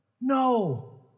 No